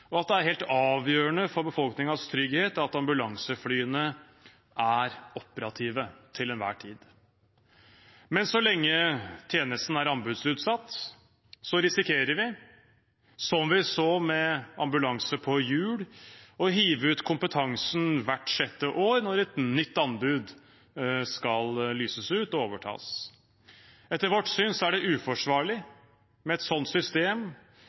og at det er helt avgjørende for befolkningens trygghet at ambulanseflyene er operative til enhver tid. Men så lenge tjenesten er anbudsutsatt, risikerer vi, som vi så med ambulanse på hjul, å hive ut kompetansen hvert sjette år, når et nytt anbud skal lyses ut og overtas. Etter vårt syn er det uforsvarlig med et sånt system